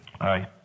Aye